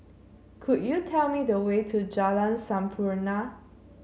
could you tell me the way to Jalan Sampurna